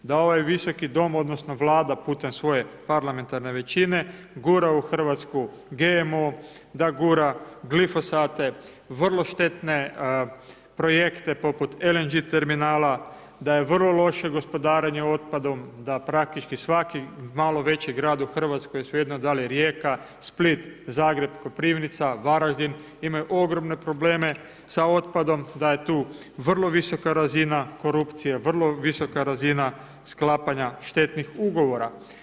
Da ovaj visoki dom odnosno Vlada putem svoje parlamentarne većine gura u Hrvatsku GMO, da gura glifosate, vrlo štetne projekte poput LNG terminala, da je vrlo loše gospodarenje otpadom, da praktički svaki malo veći grad u RH, svejedno da li je Rijeka, Split, Zagreb, Koprivnica, Varaždin imaju ogromne probleme sa otpadom, da je tu vrlo visoka razina korupcije, vrlo visoka razina sklapanja štetnih ugovora.